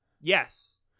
Yes